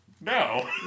No